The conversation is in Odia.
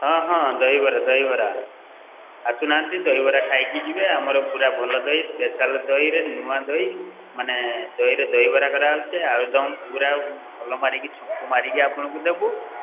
ହଁ ହଁ ଦହିବରା ଦହିବରା ଆସୁ ନାହାଁନ୍ତି ଦହିବରା ଖାଇକି ଯିବେ ଆମର ପୂରା ଭଲ ଦହି ସ୍ପେଶାଲ୍ ଦହିରେ ନୂଆ ଦହି ମାନେ ଦହିରେ ଦହିବରା କରା ହେଉଛି ଆଳୁ ଦମ୍ ପୂରା ଭଲ ମାରିକି ଛୁଙ୍କ ମାରିକି ଆପଣଙ୍କୁ ଦେବୁ